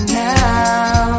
now